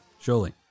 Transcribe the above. Surely